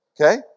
Okay